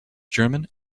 german